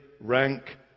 rank